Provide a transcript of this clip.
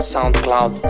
SoundCloud